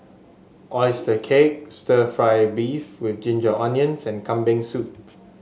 oyster cake stir fry beef with Ginger Onions and Kambing Soup